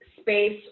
space